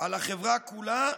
על החברה כולה,